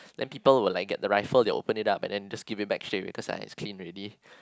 then people will like get the rifle they open it up and then just give it back straight away cause like it's clean already